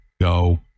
Go